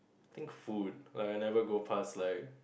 think food like I never go past like